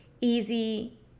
easy